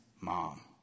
mom